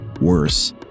Worse